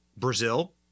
Brazil